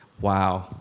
wow